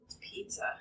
pizza